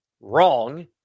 wrong